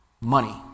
money